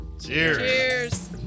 Cheers